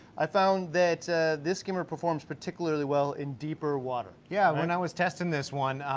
i've found that this skimmer performs particularly well in deeper water. yeah, when i was testing this one,